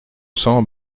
cents